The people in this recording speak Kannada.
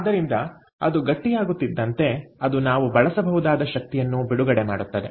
ಆದ್ದರಿಂದ ಅದು ಗಟ್ಟಿಯಾಗುತ್ತಿದ್ದಂತೆ ಅದು ನಾವು ಬಳಸಬಹುದಾದ ಶಕ್ತಿಯನ್ನು ಬಿಡುಗಡೆ ಮಾಡುತ್ತದೆ